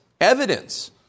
evidence